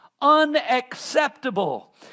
unacceptable